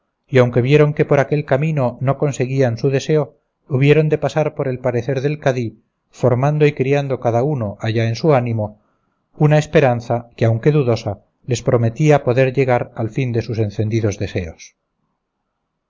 y aunque vieron que por aquel camino no conseguían su deseo hubieron de pasar por el parecer del cadí formando y criando cada uno allá en su ánimo una esperanza que aunque dudosa les prometía poder llegar al fin de sus encendidos deseos